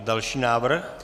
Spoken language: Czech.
Další návrh.